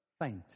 faint